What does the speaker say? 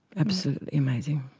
absolutely amazing.